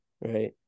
Right